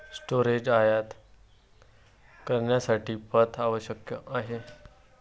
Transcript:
storage आयात करण्यासाठी पथ आवश्यक आहे